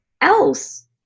else